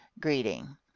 greeting